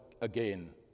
again